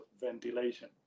ventilation